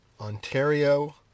Ontario